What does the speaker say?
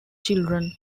children